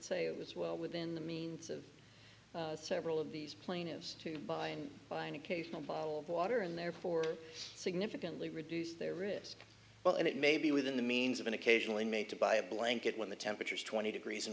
say it was well within the means of several of these plaintiffs to buy and buy an occasional bottle of water and therefore significantly reduce their risk well and it may be within the means of an occasional inmate to buy a blanket when the temperatures twenty degrees in